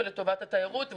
ולטובת התיירות,